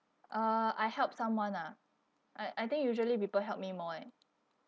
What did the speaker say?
uh I help someone ah I I think usually people help me more leh